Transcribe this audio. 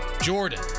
Jordan